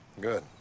Good